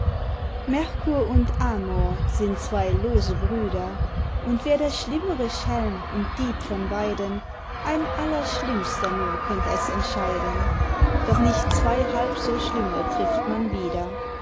mercur und amor sind zwei lose brüder und wer der schlimm're schelm und dieb von beiden ein allerschlimmster nur könnt es entscheiden doch nicht zwei halb so schlimme trifft man wieder